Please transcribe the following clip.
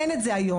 אין את זה היום.